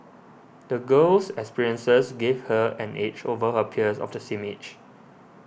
the girl's experiences gave her an edge over her peers of the same age